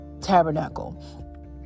tabernacle